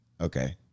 Okay